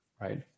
Right